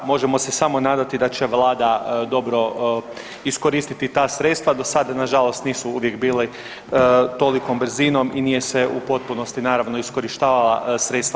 Možemo se samo nadati da će Vlada dobro iskoristiti ta sredstva, do sada nažalost nisu uvijek bili tolikom brzinom i nije se u potpunosti, naravno, iskorištavala sredstva.